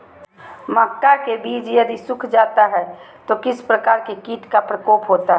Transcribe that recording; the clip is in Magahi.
मक्का के बिज यदि सुख जाता है तो किस प्रकार के कीट का प्रकोप होता है?